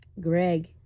Greg